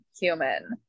human